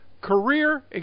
career